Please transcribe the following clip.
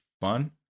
fun